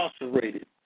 incarcerated